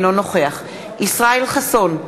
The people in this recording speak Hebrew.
אינו נוכח ישראל חסון,